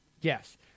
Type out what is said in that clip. Yes